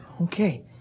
Okay